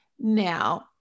Now